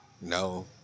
No